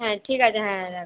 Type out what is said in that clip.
হ্যাঁ ঠিক আছে হ্যাঁ রাখ